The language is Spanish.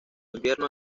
invierno